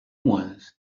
once